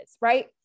right